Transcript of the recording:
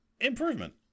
Improvement